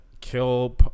kill